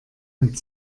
mit